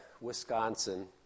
Wisconsin